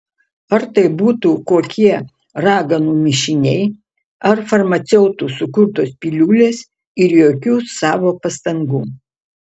ar tai būtų kokie raganų mišiniai ar farmaceutų sukurtos piliulės ir jokių savo pastangų